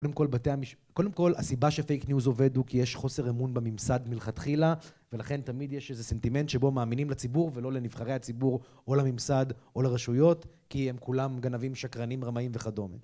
קודם כל, בתי המשפט... הסיבה שפייק ניוז עובד הוא כי יש חוסר אמון בממסד מלכתחילה, ולכן תמיד יש איזה סנטימנט שבו מאמינים לציבור, ולא לנבחרי הציבור או לממסד או לרשויות כי הם כולם גנבים, שקרנים, רמאים וכדומה